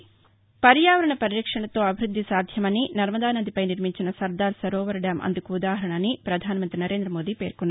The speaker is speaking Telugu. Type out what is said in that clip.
పర్యావరణ పర్యావరణ పరిరక్షణతో అభివృద్ది సాధ్యమని నర్మదానదిపై నిర్మించిన సర్దార్ సరోవర్ డ్యాం అందుకు ఉదాహరణ అని ప్రధానమంత్రి నరేంద్రమోదీ పేర్కొన్నారు